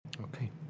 Okay